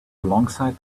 alongside